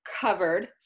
covered